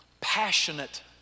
passionate